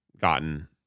gotten